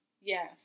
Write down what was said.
Yes